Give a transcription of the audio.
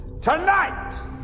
Tonight